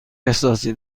احساسی